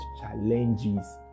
challenges